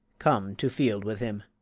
come to field with him.